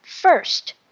First